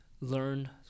learn